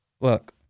Look